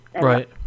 Right